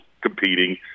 competing